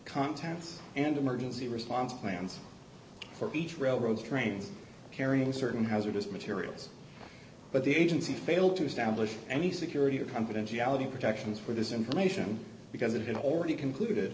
contents and emergency response plans for each railroad trains carrying certain hazardous materials but the agency failed to establish any security or competence reality protections for this information because it had already co